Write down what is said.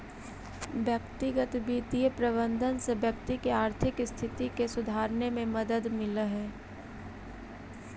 व्यक्तिगत वित्तीय प्रबंधन से व्यक्ति के आर्थिक स्थिति के सुधारने में मदद मिलऽ हइ